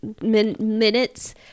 minutes